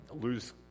lose